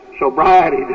sobriety